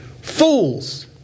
fools